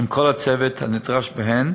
עם כל הצוות הנדרש בהן.